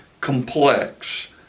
complex